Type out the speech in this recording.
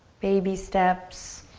baby steps